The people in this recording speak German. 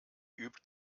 übt